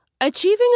Achieving